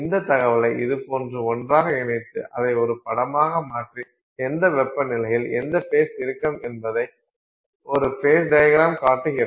இந்த தகவலை இதுபோன்று ஒன்றாக இணைத்து அதை ஒரு படமாக மாற்றி எந்த வெப்பநிலையில் எந்த ஃபேஸ் இருக்கம் என்பதை ஒரு ஃபேஸ் டையக்ரம் காட்டுகிறது